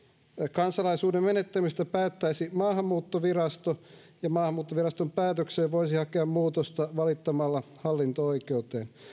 kansalaisuuden menettämisestä päättäisi maahanmuuttovirasto ja maahanmuuttoviraston päätökseen voisi hakea muutosta valittamalla hallinto oikeuteen